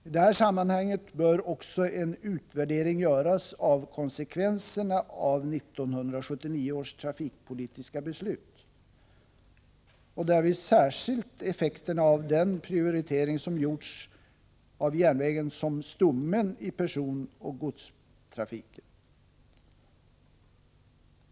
I detta sammanhang bör också en utvärdering göras av konsekvenserna av 1979 års trafikpolitiska beslut och därvid särskilt effekterna av den prioritering som gjorts av järnvägen som stommen i personoch godstrafiken.